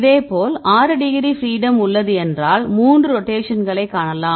இதேபோல் 6 degree freedom உள்ளது என்றால் 3 ரொட்டேஷன்களைக் காணலாம்